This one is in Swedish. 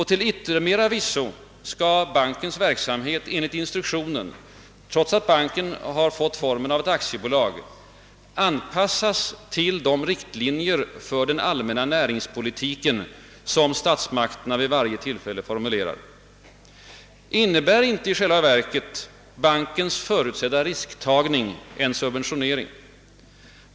Till yttermera visso skall bankens verksamhet enligt instruktionen, trots att banken har fått formen av ett aktiebolag, »anpassas till de riktlinjer för den allmänna näringspolitiken som statsmakterna vid varje tillfälle formulerar». Innebär inte i själva verket bankens förutsedda risktagning en subventionering?